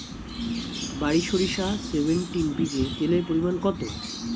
বারি সরিষা সেভেনটিন বীজে তেলের পরিমাণ কত?